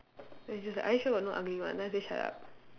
then she's just like are you sure got no ugly one then I say shut up